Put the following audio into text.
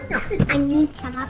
need some